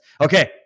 Okay